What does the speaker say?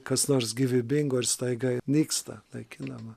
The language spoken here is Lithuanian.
kas nors gyvybingo ir staiga nyksta naikinama